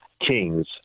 Kings